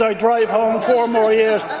so drive home four more years.